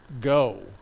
Go